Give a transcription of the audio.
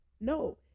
No